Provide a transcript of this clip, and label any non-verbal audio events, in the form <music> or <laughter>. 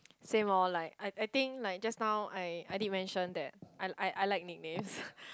same loh like I I think like just now I I did mention that I I I like nickname <laughs>